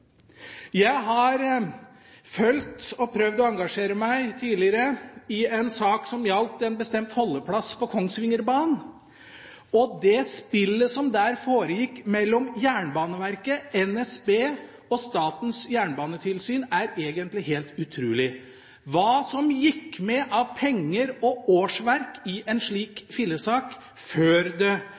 Jeg har fulgt og prøvd å engasjere meg tidligere i en sak som gjaldt en bestemt holdeplass på Kongsvingerbanen. Det spillet som der foregikk mellom Jernbaneverket, NSB og Statens jernbanetilsyn, er egentlig helt utrolig – hva som gikk med av penger og årsverk i en slik fillesak før det